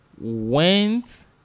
went